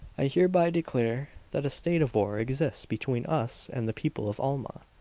i hereby declare that a state of war exists between us and the people of alma.